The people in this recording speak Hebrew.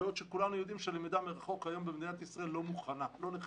כולנו יודעים שמדינת ישראל לא מוכנה ללמידה מרחוק,